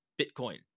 Bitcoin